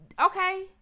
Okay